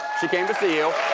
she came to see you.